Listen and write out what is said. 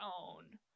own